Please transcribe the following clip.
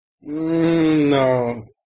No